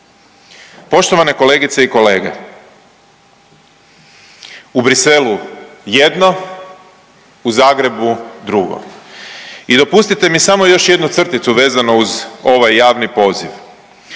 Poštovane kolegice i kolege, u Bruxellesu jedno, u Zagrebu drugo. I dopustite mi samo još jednu crticu vezano uz ovaj javni poziv.